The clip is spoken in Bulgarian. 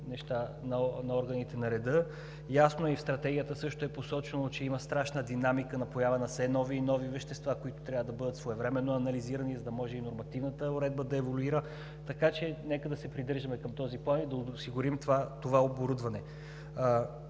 неща на органите на реда. Ясно е, и в Стратегията също е посочено, че има страшна динамика на поява на все нови и нови вещества, които трябва да бъдат своевременно анализирани, за да може и нормативната уредба да еволюира, така че нека да се придържаме към този план и да осигурим това оборудване.